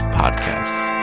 podcasts